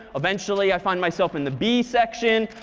eventually, i find myself in the b section.